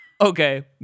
okay